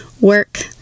work